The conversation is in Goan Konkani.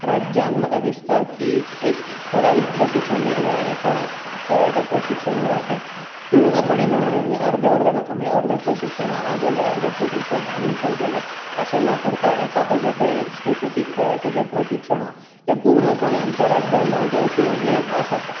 राज्यांत म्हाका दिसता की एक ठरावीक प्रशिक्षण म्हणजे ह्या एका खेळाचे प्रशिक्षण जे आहा ते पूर्णपणे मेळोक जाय म्हणजे अर्दे अर्दे नाका म्हणजे अर्दे प्रशिक्षण हांगा केले अर्दे प्रशिक्षण आनीक खंय केले अशें न करता एका खंच्या तरी एक स्पीसीफीक खेळाचे जे प्रशिक्षण हा तें पुर्णपणे आमच्या राज्यान जावचें अशीं म्हाजी एक आस आसा